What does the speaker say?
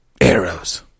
Arrows